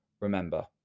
Remember